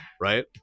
right